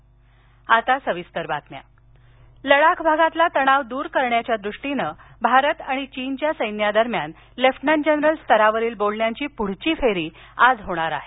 भारत चीन लडाख भागातील तणाव दूर करण्याच्या दृष्टिने भारत आणि चीनच्या सैन्यादरम्यान लेफ्टनंट जनरल स्तरावरील बोलण्यांची पुढील फेरी आज होणार आहे